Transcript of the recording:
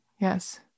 yes